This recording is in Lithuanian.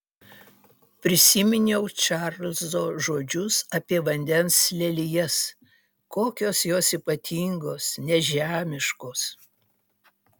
prisiminiau čarlzo žodžius apie vandens lelijas kokios jos ypatingos nežemiškos